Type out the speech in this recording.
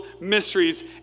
mysteries